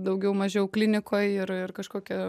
daugiau mažiau klinikoj ir ir kažkokia